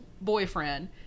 boyfriend